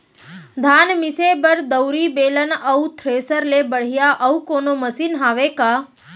धान मिसे बर दउरी, बेलन अऊ थ्रेसर ले बढ़िया अऊ कोनो मशीन हावे का?